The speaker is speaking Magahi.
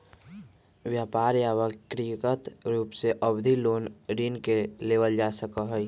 व्यापार या व्यक्रिगत रूप से अवधि लोन ऋण के लेबल जा सका हई